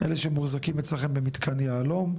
אלה שמוחזקים אצלכם במתקן יהלום,